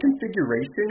configuration